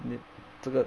你这个